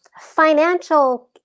Financial